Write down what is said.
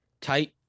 tight